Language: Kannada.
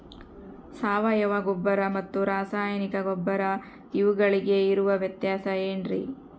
ಸಾವಯವ ಗೊಬ್ಬರ ಮತ್ತು ರಾಸಾಯನಿಕ ಗೊಬ್ಬರ ಇವುಗಳಿಗೆ ಇರುವ ವ್ಯತ್ಯಾಸ ಏನ್ರಿ?